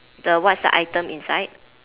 the what's the item inside